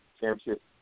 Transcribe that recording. championship